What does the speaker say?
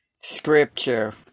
scripture